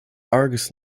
argus